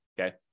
Okay